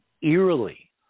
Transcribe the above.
eerily